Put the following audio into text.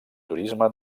turisme